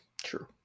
True